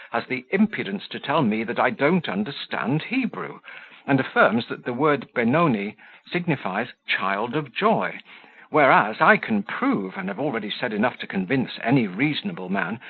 has the impudence to tell me that i don't understand hebrew and affirms that the word benoni signifies child of joy whereas, i can prove, and have already said enough to convince any reasonable man,